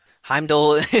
Heimdall